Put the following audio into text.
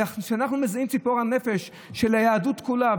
וכשאנחנו מזהים את ציפור הנפש של היהדות כולה,